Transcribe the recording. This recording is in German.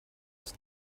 ist